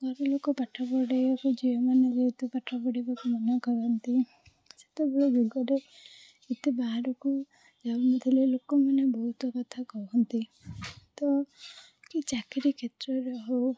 ଘରଲୋକ ପାଠ ପଢ଼େଇବାକୁ ଝିଅମାନେ ବହୁତ ପାଠ ପଢ଼ିବାକୁ ମନା କରନ୍ତି ସେତେବେଳ ଯୁଗରେ ଏତେ ବାହାରକୁ ଯାଉନଥିଲେ ଲୋକମାନେ ବହୁତ କଥା କୁହନ୍ତି ତ ଚାକିରି କ୍ଷେତ୍ରରେ ହେଉ